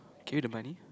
carry the bunny